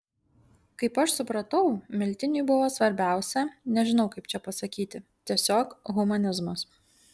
kaip aš supratau miltiniui buvo svarbiausia nežinau kaip čia pasakyti tiesiog humanizmas